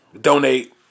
donate